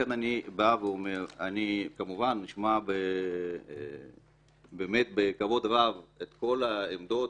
אני אשמע בכבוד רב את כל העמדות,